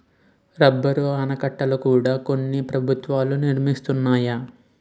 rubber ఆనకట్టల కూడా కొన్ని ప్రభుత్వాలు నిర్మిస్తున్నాయి